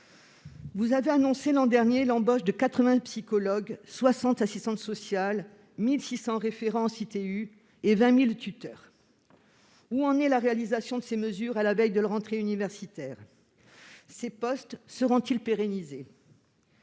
vous avez annoncé l'embauche de 80 psychologues, 60 assistantes sociales, 1 600 référents en cité universitaire et 20 000 tuteurs. Où en est la réalisation de ces mesures à la veille de la rentrée universitaire ? Ces postes seront-ils pérennisés ?